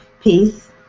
Peace